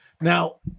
Now